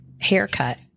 Haircut